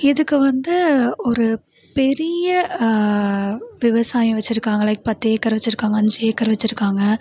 இதுக்கு வந்து ஒரு பெரிய விவசாயம் வச்சிருக்காங்கள் லைக் பத்து ஏக்கர் வச்சிருக்காங்கள் அஞ்சு ஏக்கர் வச்சிருக்காங்கள்